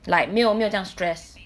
like 没有没有这样 stress